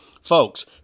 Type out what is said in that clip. Folks